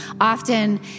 often